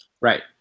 right